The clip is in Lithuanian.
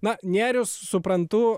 na nėrius suprantu